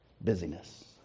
Busyness